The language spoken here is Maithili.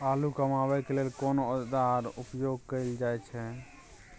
आलू कमाबै के लेल कोन औाजार उपयोग कैल जाय छै?